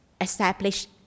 establish